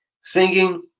Singing